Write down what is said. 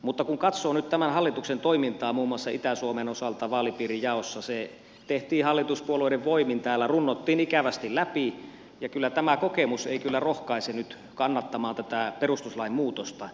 mutta kun katsoo nyt tämän hallituksen toimintaa muun muassa itä suomen osalta vaalipiirin jaossa se tehtiin hallituspuolueiden voimin täällä runnottiin ikävästi läpi niin tämä kokemus ei kyllä rohkaise kannattamaan tätä perustuslain muutosta